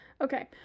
Okay